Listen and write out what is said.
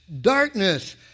darkness